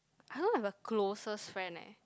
I don't have a closest friend eh